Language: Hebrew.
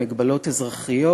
מגבלות אזרחיות,